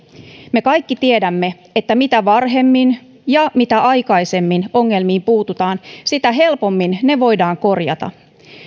me kaikki tiedämme että mitä varhemmin ja mitä aikaisemmin ongelmiin puututaan sitä helpommin ne voidaan korjata